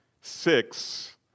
Six